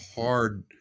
hard